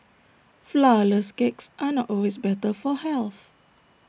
Flourless Cakes are not always better for health